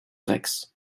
rex